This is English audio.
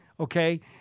Okay